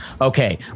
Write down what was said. Okay